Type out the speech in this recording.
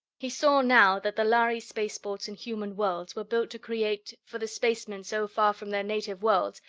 he saw, now, that the lhari spaceports in human worlds were built to create, for the spacemen so far from their native worlds,